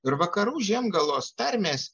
ir vakarų žiemgalos tarmės